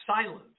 silent